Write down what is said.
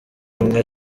ubumwe